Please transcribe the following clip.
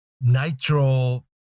Nitro